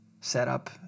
setup